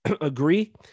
agree